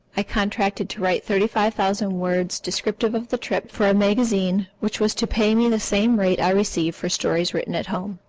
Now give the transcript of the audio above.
i contracted to write thirty-five thousand words descriptive of the trip for a magazine which was to pay me the same rate i received for stories written at home.